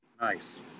nice